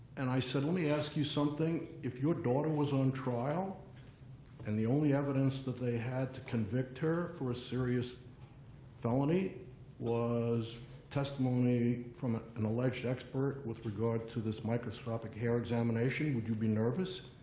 and i said, let me ask you something, if your daughter was on trial and the only evidence that they had to convict her for a serious felony was testimony from an an alleged expert with regard to this microscopic hair examination, would you be nervous.